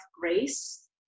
grace